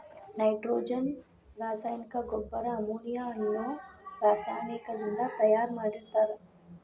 nitrogen ರಾಸಾಯನಿಕ ಗೊಬ್ಬರ ammonia ಅನ್ನೋ ರಾಸಾಯನಿಕದಿಂದ ತಯಾರ್ ಮಾಡಿರ್ತಾರ